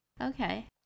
Okay